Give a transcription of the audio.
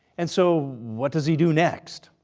and so what does he do next?